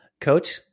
coach